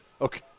Okay